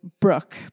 Brooke